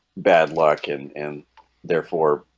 bad luck and and therefore